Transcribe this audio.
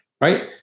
right